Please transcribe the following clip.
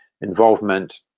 involvement